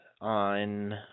on